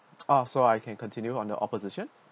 ah so I can continue on the opposition